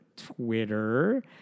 Twitter